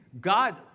God